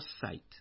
sight